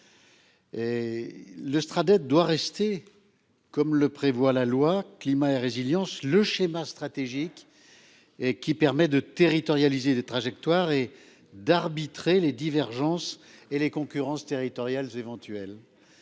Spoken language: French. le Strada tu dois rester comme le prévoit la loi climat et résilience le schéma stratégique. Et qui permet de territorialiser des trajectoires et d'arbitrer les divergences et les concurrences territoriales éventuelle.